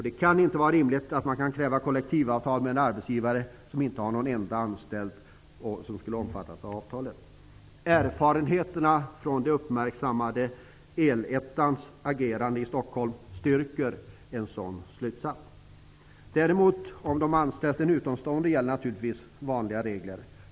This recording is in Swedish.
Det kan inte vara rimligt att man skall kräva kollektivavtal med en arbetsgivare som inte har en enda anställd som skulle omfattas av avtalet. Erfarenheterna från El-Ettans uppmärksammade agerande i Stockholm styrker en sådan slutsats. Om däremot en utomstående anställs gäller naturligtvis vanliga regler.